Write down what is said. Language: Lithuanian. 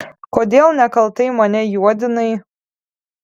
kodėl nekaltai mane juodinai